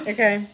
Okay